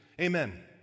Amen